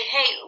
Hey